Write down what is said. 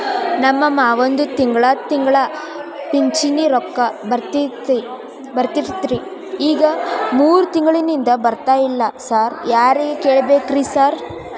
ನಮ್ ಮಾವಂದು ತಿಂಗಳಾ ತಿಂಗಳಾ ಪಿಂಚಿಣಿ ರೊಕ್ಕ ಬರ್ತಿತ್ರಿ ಈಗ ಮೂರ್ ತಿಂಗ್ಳನಿಂದ ಬರ್ತಾ ಇಲ್ಲ ಸಾರ್ ಯಾರಿಗ್ ಕೇಳ್ಬೇಕ್ರಿ ಸಾರ್?